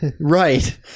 Right